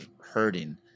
hurting